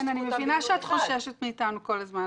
אני מבינה שאת חוששת מאתנו כל הזמן,